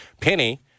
Penny